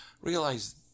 realize